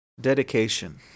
Dedication